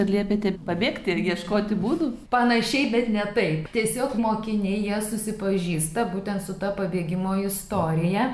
panašiai bet ne taip tiesiog mokiniai jie susipažįsta būtent su ta pabėgimo istorija